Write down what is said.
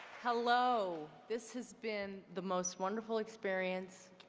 hello. this has been the most wonderful experience.